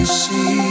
see